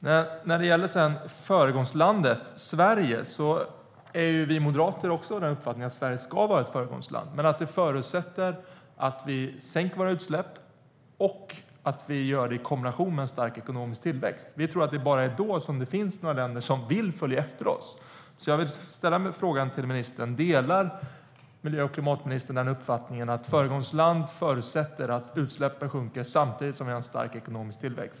Att Sverige ska vara ett föregångsland är en uppfattning som vi moderater delar. Men det förutsätter att vi sänker våra utsläpp i kombination med en stark ekonomisk tillväxt. Vi tror att det bara är då som det finns några länder som vill följa efter oss. Delar klimat och miljöministern uppfattningen att förutsättningen för att Sverige ska kunna vara ett föregångsland är att utsläppen sjunker samtidigt som vi har en stark ekonomisk tillväxt?